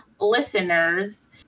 listeners